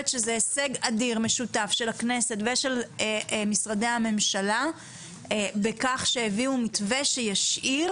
שזה הישג אדיר ומשותף של הכנסת ושל משרדי הממשלה בכך שיביאו מתווה שישאיר